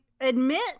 admit